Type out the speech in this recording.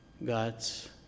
God's